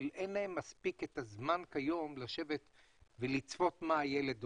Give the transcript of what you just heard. אין מספיק זמן כיום לשבת ולצפות מה הילד עושה.